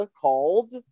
called